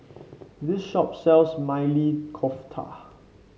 this shop sells Maili Kofta